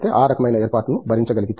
ఆ రకమైన ఏర్పాటును భరించగలిగితే